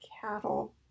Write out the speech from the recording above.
cattle